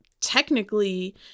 technically